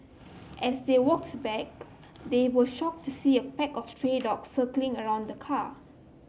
as they walked back they were shocked to see a pack of stray dogs circling around the car